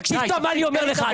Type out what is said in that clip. תקשיב מה אני אומר לך,